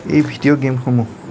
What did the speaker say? এই ভিডিঅ' গেমসমূহ